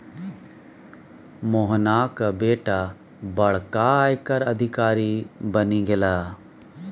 मोहनाक बेटा बड़का आयकर अधिकारी बनि गेलाह